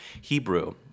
Hebrew